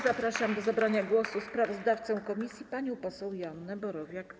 Zapraszam do zabrania głosu sprawozdawcę komisji panią poseł Joannę Borowiak.